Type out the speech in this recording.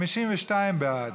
52 בעד,